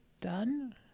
done